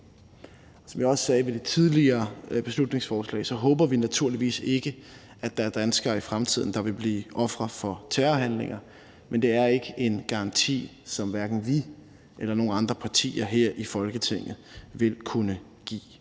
Som jeg også sagde ved det tidligere beslutningsforslag, håber vi naturligvis ikke, at der er danskere, der i fremtiden vil blive ofre for terrorhandlinger, men det er en garanti, som hverken vi eller nogen andre partier her i Folketinget vil kunne give.